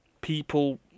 People